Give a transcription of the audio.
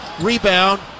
rebound